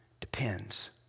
depends